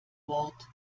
wort